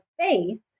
faith